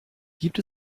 gibt